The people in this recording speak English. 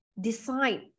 decide